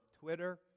Twitter